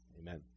Amen